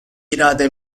irade